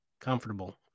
comfortable